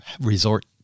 resort